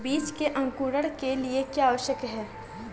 बीज के अंकुरण के लिए क्या आवश्यक है?